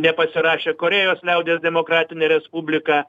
nepasirašė korėjos liaudies demokratinė respublika